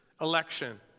election